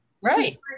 Right